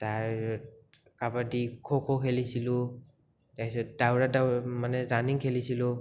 তাৰ কাবাডি খ' খ' খেলিছিলোঁ তাৰপাছত দাউৰা মানে ৰানিং খেলিছিলোঁ